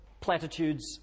platitudes